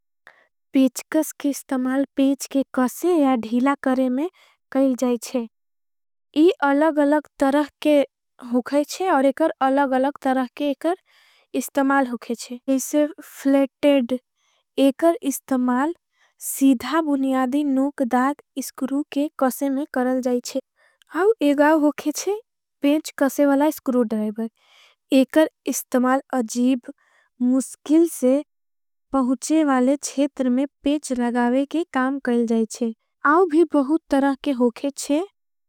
पेचकस के इस्तमाल पेच के कॉसे या धीला करे में करल। जाएच्छे ये अलग अलग तरह के होगएच्छे और एकर अलग। अलग तरह के एकर इस्तमाल होगेच्छे इसे फ्लेटेड एकर। इस्तमाल सीधा बुनियादी नोक दाग इस्कुरू के कॉसे में। करल जाएच्छे आओ एगाओ होगेच्छे पेचकसे वला इस्कुरू। डाइबर एकर इस्तमाल अजीब मुस्किल से पहुचेवाले छेतर में। पेच लगावे के काम करल जाएच्छे आओ भी बहुत तरह के होगेच्छे।